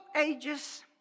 ages